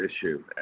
issue